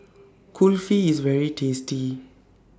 Kulfi IS very tasty